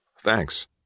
Thanks